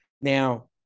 Now